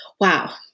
Wow